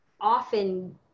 often